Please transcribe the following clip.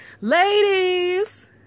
Ladies